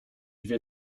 wie